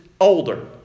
older